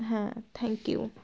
হ্যাঁ thank you